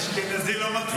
אשכנזי, לא מכיר.